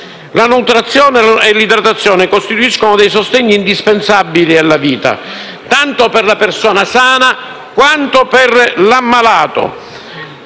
La nutrizione e l'idratazione costituiscono dei sostegni indispensabili alla vita, tanto per la persona sana quanto per l'ammalato.